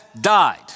died